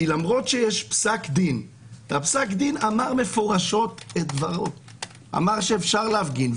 כי למרות שיש פסק דין שאמר מפורשות שאפשר להפגין,